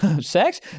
sex